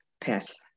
Pass